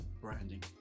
branding